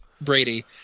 Brady